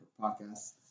podcasts